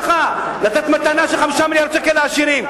לתת מתנה של 5 מיליארדי שקל לעשירים?